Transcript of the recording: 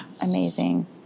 Amazing